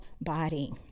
body